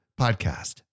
podcast